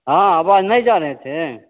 हाँ आवाज़ नहीं जा रही थी